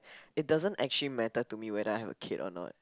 it doesn't actually matter to me whether I have a kid or not